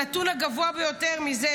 שחשפה את מה שכולנו יודעים: דבר אחד,